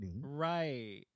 Right